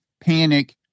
panic